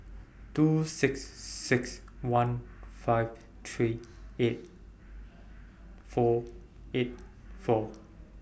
two six six one five three eight four eight four